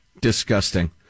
disgusting